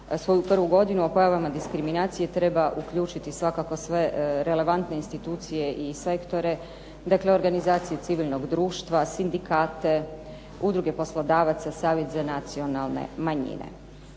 svoju prvu godinu o pojavama diskriminacije, treba uključiti svakako sve relevantne institucije i sektore, dakle organizacije civilnog društva, sindikate, udruge poslodavaca, savjet za nacionalne manjine.